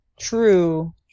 true